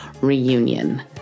reunion